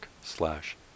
slash